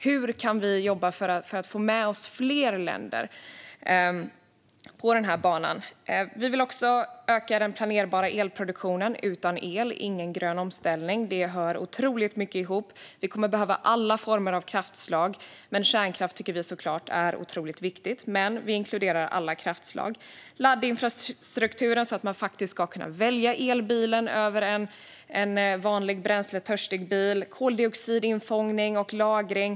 Hur kan vi jobba för att få med oss fler länder på banan? Vi vill också öka den planerbara elproduktionen. Utan el blir det ingen grön omställning. Det hör otroligt mycket ihop. Vi kommer att behöva alla former av kraftslag. Vi tycker såklart att kärnkraft är otroligt viktig, men vi inkluderar alla kraftslag. Det behövs laddinfrastruktur så att man ska kunna välja elbilen i stället för en vanlig bränsletörstig bil. Det handlar om koldioxidinfångning och lagring.